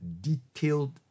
detailed